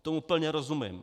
Tomu plně rozumím.